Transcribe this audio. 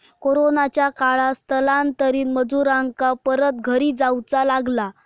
कोरोनाच्या काळात स्थलांतरित मजुरांका परत घरी जाऊचा लागला